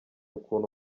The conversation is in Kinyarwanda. ukuntu